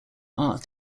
art